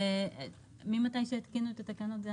זה הנוסח מאז שהתקינו את התקנות.